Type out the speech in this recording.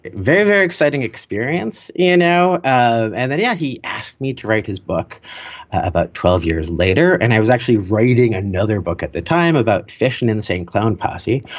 very, very exciting experience, you know. ah and then, yeah, he asked me to write his book about twelve years later. and i was actually writing another book at the time about fish and insane clown posse.